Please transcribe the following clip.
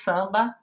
Samba